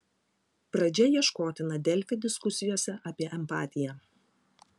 pradžia ieškotina delfi diskusijose apie empatiją